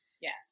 Yes